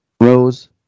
Rose